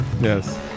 yes